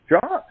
jobs